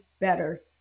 better